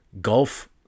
golf